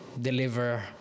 deliver